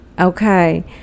okay